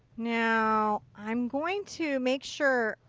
now i'm going to make sure.